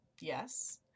yes